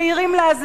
מחפשים שעיר לעזאזל.